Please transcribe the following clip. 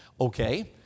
Okay